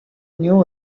knew